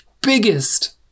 biggest